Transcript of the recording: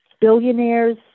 billionaires